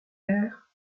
air